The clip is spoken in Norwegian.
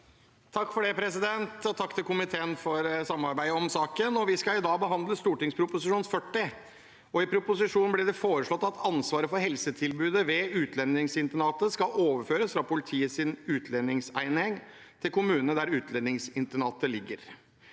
(ordfører for saken): Takk til komiteen for samarbeidet om saken. Vi skal i dag behandle Prop. 40 L for 2023–2024. I proposisjonen blir det foreslått at ansvaret for helsetilbudet ved utlendingsinternat skal overføres fra Politiets utlendingsenhet til kommunene der utlendingsinternatet ligger.